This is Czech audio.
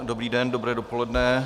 Dobrý den, dobré dopoledne.